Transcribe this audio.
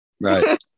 right